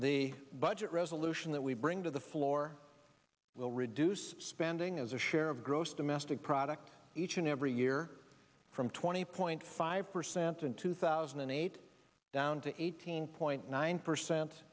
the budget resolution that we bring to the floor will reduce spending as a share of gross domestic product each and every year from twenty point five percent in two thousand and eight down to eighteen point nine percent